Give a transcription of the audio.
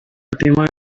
fatima